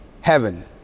heaven